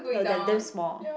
no they are damn small